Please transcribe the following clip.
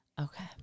Okay